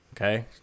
okay